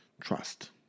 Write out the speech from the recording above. trust